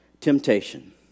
Temptation